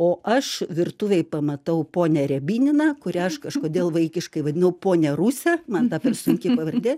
o aš virtuvėj pamatau ponią riebininą kurią aš kažkodėl vaikiškai vadinau ponia ruse man ta per sunki pavardė